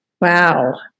Wow